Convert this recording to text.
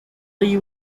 you